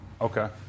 Okay